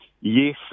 Yes